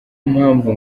mpamvu